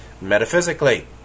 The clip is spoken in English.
Metaphysically